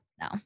no